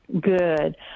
Good